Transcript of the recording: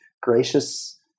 gracious